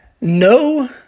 No